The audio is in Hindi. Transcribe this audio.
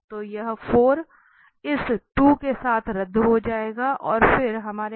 तो यह 4 इस 2 के साथ रद्द हो जाएगा और फिर हमारे पास है